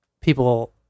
people